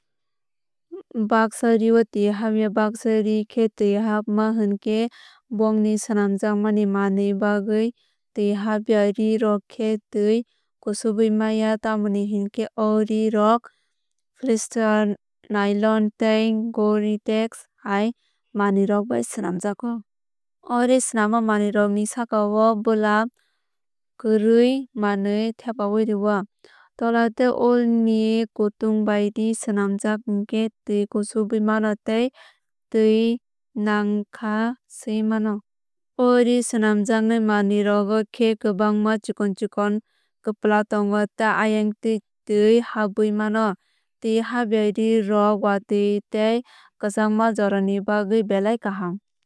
Bagsa ree o tui hab ya bagsa re khe tui habma hinkhe bongni swnamjakmani manwui bagwui. Tui hab ya ree rok khe tui kusubwui maya tamoni hinkhe o ree rok polyster nylon tei gore tex hai manwui rok bai swnamjago. O ree swnama manwui rok ni sakao bwlam kwrwui manwui thepaui rwio. Tula tei wool ni khwtwng bai ree swnamjak hinkhe tui kusubui mano tei tui nangkha siui mano. O ree swnamjaknai manwui rogo khe kwbangma chiokn chikon kwpla tongo tei ayangtwui tui habwui mano. Tui habya ree rok watui tei kwchangma jorani bagwui belai kaham.